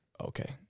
Okay